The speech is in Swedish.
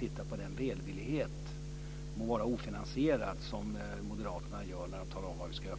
Inte ens med den välvillighet, må vara ofinansierad, som moderaterna visar när de talar om vilka vägar vi ska göra